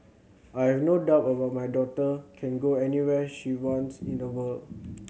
I have no doubt over my daughter can go anywhere she wants in the world